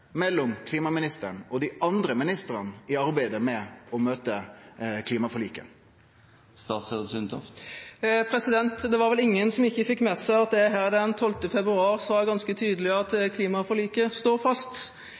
mellom klimaministeren og dei andre ministrane i arbeidet med å møte klimaforliket? Det var vel ingen som ikke fikk med seg at jeg her den 12. februar sa ganske tydelig at klimaforliket står fast.